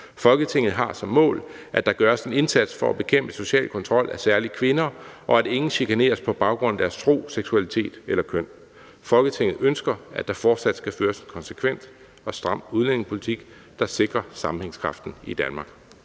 Folketinget har som mål, at der gøres en indsats for at bekæmpe social kontrol af særlig kvinder, og at ingen chikaneres på baggrund af deres tro, seksualitet eller køn. Folketinget ønsker, at der fortsat skal føres en konsekvent og stram udlændingepolitik, der sikrer sammenhængskraften i Danmark.«